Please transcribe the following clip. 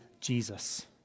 Jesus